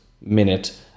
minute